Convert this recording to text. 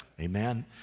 Amen